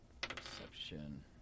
Perception